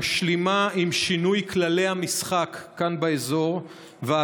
משלימה עם שינוי כללי המשחק כאן באזור ועם